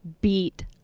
beat